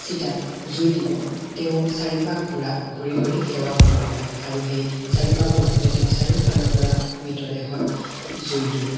চিতাত জুই দিব তেওঁ চাৰিপাক ঘূৰা ঘূৰি কৰি সেৱা কৰোৱা হয় আৰু সেই চাৰিপাকৰ লগতেই তেওঁ চাৰিওফালৰ পৰা মৃতদেহত জুই দিয়ে